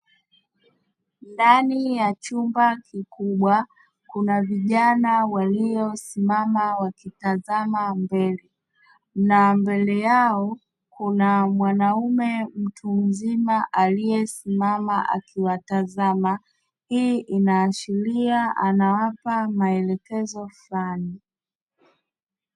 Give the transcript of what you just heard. Ndani ya chumba kikubwa kuna vijana waliosimama wakitazama mbele, na mbele yao kuna mwanaume mtu mzima aliyesimama akiwatazama. Hii inaashiria anawapa maelekezo fulani.